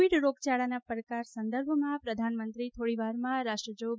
Covid રોગયાળાના પડકાર સંદર્ભમાં પ્રધાનમંત્રી થોડીવારમાં રાષ્ટ્રજોગ